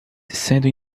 sendo